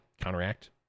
counteract